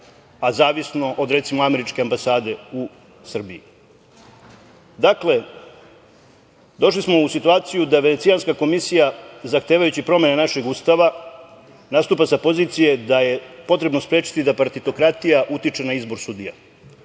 a zavisno od recimo američke ambasade u Srbiji. Dakle, došli smo u situaciju da Venecijanska komisija, zahtevajući promene našeg Ustava, nastupa sa pozicije da je potrebno sprečiti da partitokratija utiče na izbor sudija